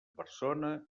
persona